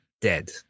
dead